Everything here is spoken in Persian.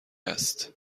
است